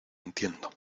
entiendo